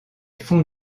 fonds